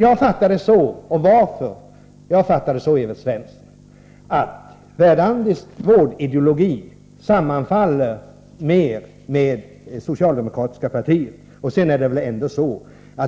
Jag fattade det så, Evert Svensson, att Verdandis vårdideologi sammanfaller mer med det socialdemokratiska partiets ideologi.